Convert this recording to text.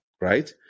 right